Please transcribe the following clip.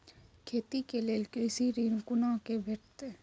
खेती के लेल कृषि ऋण कुना के भेंटते?